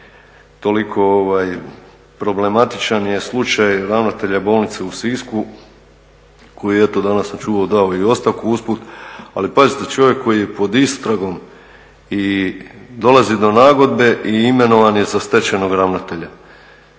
toliko problematičan je slučaj ravnatelja bolnice u Sisku koji je eto danas sam čuo dao i ostavku usput, ali pazite čovjek koji je pod istragom i dolazi do nagodbe i imenovan je za stečajnog ravnatelja.